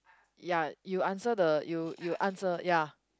ya you answer the you you answer ya